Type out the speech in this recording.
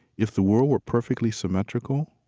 if the world were perfectly symmetrical,